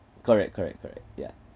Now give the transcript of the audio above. correct correct correct ya